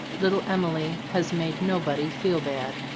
little emily has made nobody feel bad.